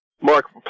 Mark